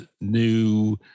new